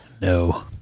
no